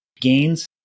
gains